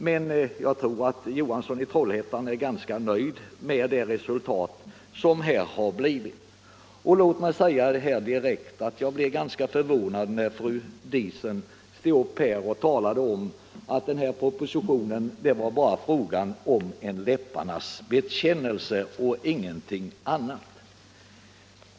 Men jag tror att herr Johansson i Trollhättan är ganska nöjd med resultatet. Jag blev ganska förvånad när fru Diesen här talade om att propositionen bara var en läpparnas bekännelse och ingenting annat.